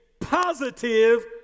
positive